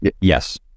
yes